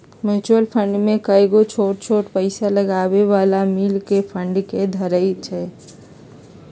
mutual fund में कयगो छोट छोट पइसा लगाबे बला मिल कऽ फंड के धरइ छइ